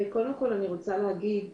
קודם כול אני רוצה להגיד